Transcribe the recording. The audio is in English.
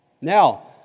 Now